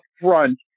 front